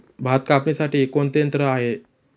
भात कापणीसाठी कोणते यंत्र आहे?